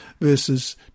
verses